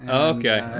okay.